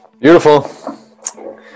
Beautiful